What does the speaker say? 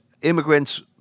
immigrants